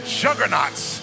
juggernauts